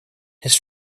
his